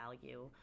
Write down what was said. value